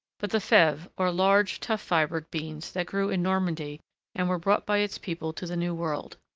but the feves or large, tough-fibred beans that grew in normandy and were brought by its people to the new world.